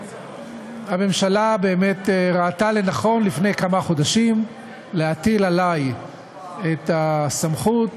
הממשלה באמת ראתה לנכון לפני כמה חודשים להטיל עלי את הסמכות